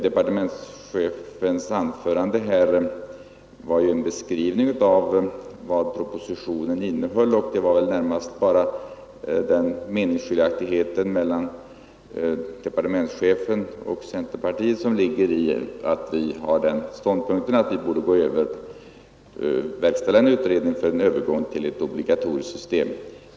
Departementschefens anförande här var en beskrivning av vad propositionen innehöll, och det var närmast bara den meningsskiljaktigheten mellan departementschefen och centerpartiet att vi anser att man bör verkställa en utredning för övergång till ett obligatoriskt system.